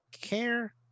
care